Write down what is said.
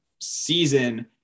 season